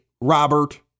Robert